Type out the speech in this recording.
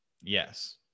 Yes